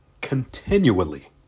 continually